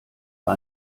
bei